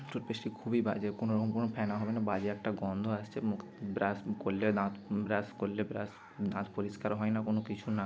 টুথপেস্টটি খুবই বাজে কোনো রকম কোনো ফেনা হবে না বাজে একটা গন্ধ আসছে মুখ ব্রাশ করলে দাঁত ব্রাশ করলে ব্রাশ দাঁত পরিষ্কারও হয় না কোনো কিছু না